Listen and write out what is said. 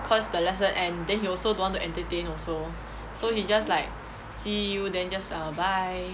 cause the lesson end then you also don't want to entertain also so he just like see you then just err bye